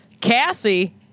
Cassie